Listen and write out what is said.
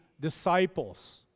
disciples